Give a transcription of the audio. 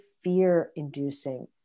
fear-inducing